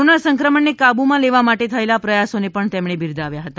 corona સંક્રમણને કાબૂમાં લેવા માટે થયેલા પ્રયાસોને પણ તેમણે બિરદાવ્યા હતા